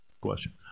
question